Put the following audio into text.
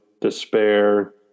despair